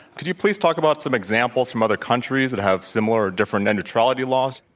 could you please talk about some examples from other countries that have similar or different net neutrality laws,